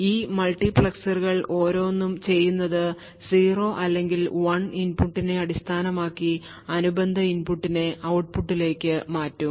ഈ മൾട്ടിപ്ലക്സറുകൾ ഓരോന്നും ചെയ്യുന്നത് 0 അല്ലെങ്കിൽ 1 ഇൻപുട്ടിനെ അടിസ്ഥാനമാക്കി അനുബന്ധ ഇൻപുട്ടിനെ ഔട്ട്പുട്ടിലേക്ക് മാറ്റും